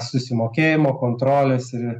susimokėjimo kontrolės ir